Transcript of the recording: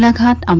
and cast um